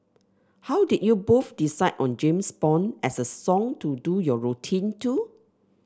how did you both decide on James Bond as a song to do your routine to